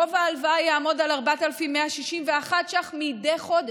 גובה ההלוואה יעמוד על 4,161 שקלים מדי חודש.